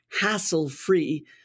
hassle-free